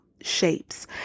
shapes